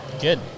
good